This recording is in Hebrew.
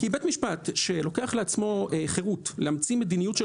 כי בית משפט שלוקח לעצמו חרות להמציא מדיניות של